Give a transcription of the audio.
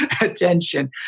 attention